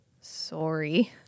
sorry